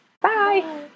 bye